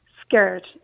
scared